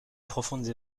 profondes